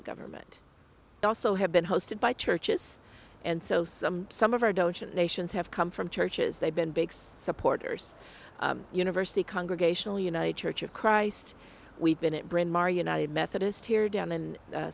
the government also have been hosted by churches and so some some of our nations have come from churches they've been big supporters university congregational united church of christ we've been at bryn mawr united methodist here down in